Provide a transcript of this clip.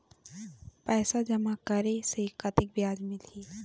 पैसा जमा करे से कतेक ब्याज मिलही?